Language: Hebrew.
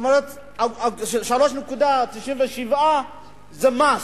זאת אומרת, 3.97 זה מס.